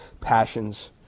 passions